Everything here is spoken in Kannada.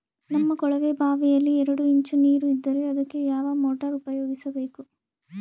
ನಮ್ಮ ಕೊಳವೆಬಾವಿಯಲ್ಲಿ ಎರಡು ಇಂಚು ನೇರು ಇದ್ದರೆ ಅದಕ್ಕೆ ಯಾವ ಮೋಟಾರ್ ಉಪಯೋಗಿಸಬೇಕು?